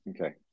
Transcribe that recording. Okay